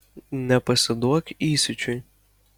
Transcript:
nepasiduok įsiūčiui